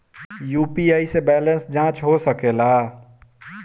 UPI से balance जाँच हो सके ला?